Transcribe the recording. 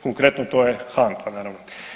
Konkretno to je HANFA naravno.